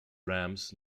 rams